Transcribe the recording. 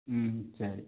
ம் சரி